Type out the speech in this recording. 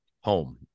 home